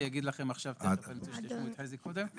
אני מציע שתשמעו את חזי קודם,